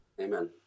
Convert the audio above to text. Amen